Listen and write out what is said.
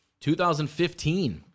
2015